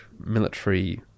military